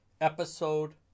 Episode